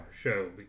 show